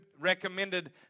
recommended